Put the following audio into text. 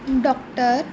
doctor